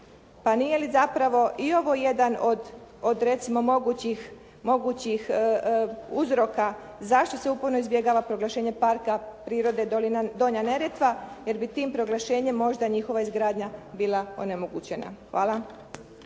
Pa nije li zapravo i ovo jedan od, od recimo mogućih, mogućih uzroka zašto se uporno izbjegava proglašenje parka prirode dolina, Donja Neretva jer bi tim proglašenjem možda njihova izgradnja bila onemogućena. Hvala.